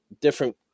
different –